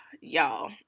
y'all